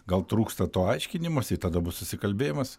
gal trūksta to aiškinimosi tada bus susikalbėjimas